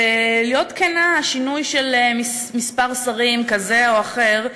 ולהיות כנה, השינוי של מספר השרים, כזה או אחר,